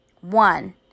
One